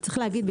אבל צריך להגיד,